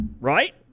right